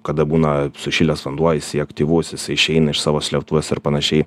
kada būna sušilęs vanduo jisai aktyvus jisai išeina iš savo slėptuvės ir panašiai